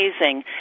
amazing